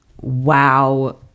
wow